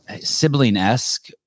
sibling-esque